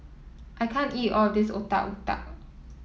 I can't eat all of this Otak Otak